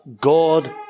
God